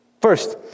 First